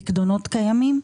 לגבי פיקדונות קיימים,